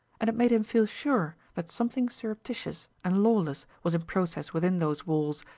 and it made him feel sure that something surreptitious and lawless was process within those walls,